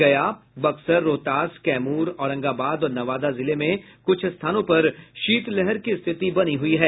गया बक्सर रोहतास कैमूर औरंगाबाद और नवादा जिले में कुछ स्थानों पर शीतलहर की स्थिति बनी हुई है